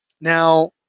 Now